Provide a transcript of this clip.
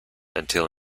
until